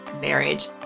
marriage